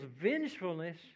vengefulness